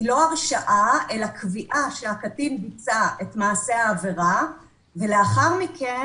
לא הרשעה אלא קביעה שהקטין ביצע את מעשה העבירה ולאחר מכן,